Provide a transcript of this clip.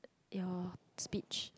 your speech